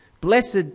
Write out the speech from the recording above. Blessed